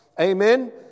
Amen